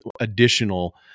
additional